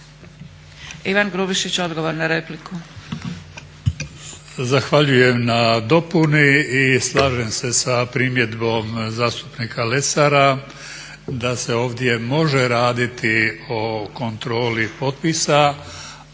**Grubišić, Ivan (Nezavisni)** Zahvaljujem na dopuni i slažem se sa primjedbom zastupnika Lesara da se ovdje može raditi o kontroli potpisa